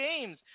games